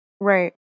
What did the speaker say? Right